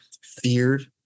feared